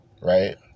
Right